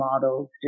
models